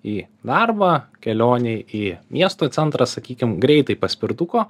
į darbą kelionei į miesto centrą sakykim greitai paspirtuko